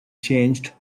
changed